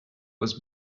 was